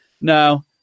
No